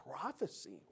prophecy